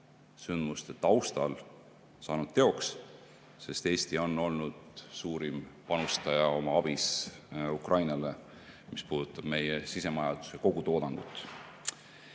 sündmuste taustal saanud teoks, sest Eesti on olnud suurim panustaja oma abis Ukrainale, mis puudutab meie sisemajanduse kogutoodangut.